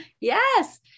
Yes